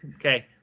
Okay